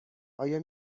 آیا